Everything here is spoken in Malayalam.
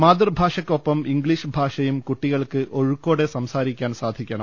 മാതൃഭാഷയ്ക്ക് ഒപ്പം ഇംഗ്ലീഷ് ഭാഷയും കുട്ടികൾക്ക് ഒഴുക്കോടെ സംസാരിക്കാൻ സാധിക്കണം